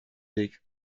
weg